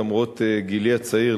למרות גילי הצעיר,